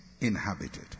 inhabited